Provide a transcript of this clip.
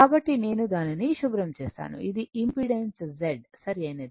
కాబట్టి నేను దానిని శుభ్రం చేస్తాను ఇది ఇంపెడెన్స్ Z సరైనది